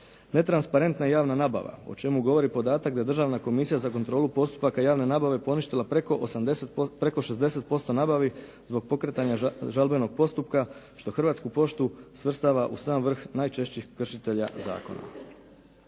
Netransparentna i javna nabava o čemu govori podatak da je Državna komisija za kontrolu postupaka javne nabave poništila preko 60% nabavi zbog pokretanja žalbenog postupka što hrvatsku poštu svrstava u sam vrh najčešćih kršitelja zakona.